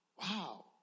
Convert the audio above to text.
Wow